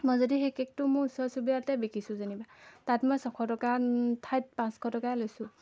মই যদি সেই কেকটো মোৰ ওচৰ চুবুৰীয়াকে বিকিছোঁ যেনিবা তাত মই ছশ টকাত ঠাইত পাঁচশ টকাই লৈছোঁ